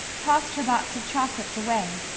tossed her box of chocolates away,